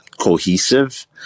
cohesive